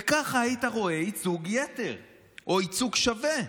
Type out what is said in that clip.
וכך היית רואה ייצוג יתר או ייצוג שווה.